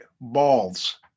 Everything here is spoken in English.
balls